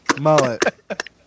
Mullet